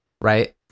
right